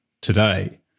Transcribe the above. today